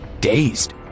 dazed